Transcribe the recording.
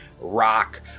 rock